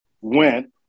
went